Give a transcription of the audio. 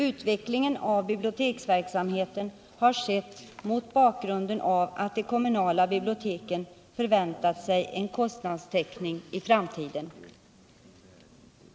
Utvecklingen av biblioteksverksamheten har skett mot bakgrunden av att de kommunala biblioteken förväntat sig en kostnadstäckning i framtiden.